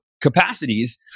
capacities